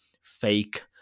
fake